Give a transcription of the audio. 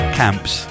camps